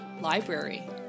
library